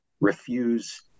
refuse